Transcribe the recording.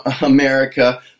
America